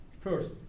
First